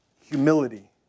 humility